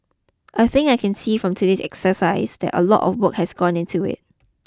I think I can see from today's exercise a lot of work has gone into it